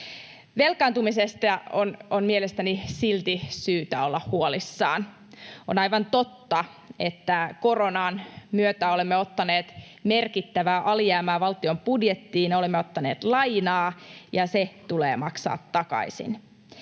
Velkaantumisesta on mielestäni silti syytä olla huolissaan. On aivan totta, että koronan myötä olemme ottaneet merkittävää alijäämää valtion budjettiin — olemme ottaneet lainaa, ja se tulee maksaa takaisin.